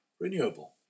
renewable